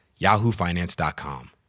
yahoofinance.com